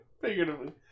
Figuratively